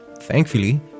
thankfully